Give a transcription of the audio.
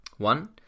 One